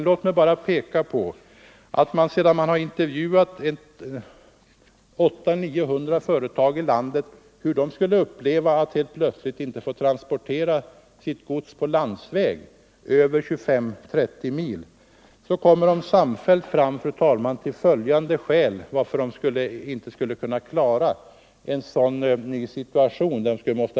Låt mig bara peka på att sedan man har intervjuat 800-900 företag i landet om hur de skulle uppleva att helt plötsligt inte få transportera sitt gods på landsväg på sträckor över 25-30 mil, kommer man samfällt, fru talman, fram till en rad skäl för att företagen inte skulle kunna klara en sådan ny situation.